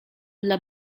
dla